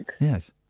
Yes